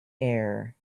air